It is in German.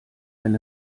wenn